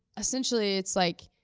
essentially, it's like,